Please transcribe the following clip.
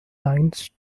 lines